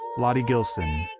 lottie gilson.